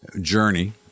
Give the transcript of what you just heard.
journey